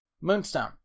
moonstone